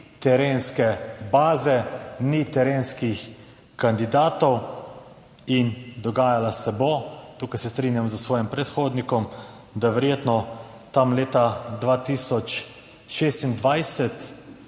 terenske baze, ni terenskih kandidatov. In dogajalo se bo, tukaj se strinjam s svojim predhodnikom, da verjetno tam leta 2026